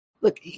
Look